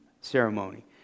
Ceremony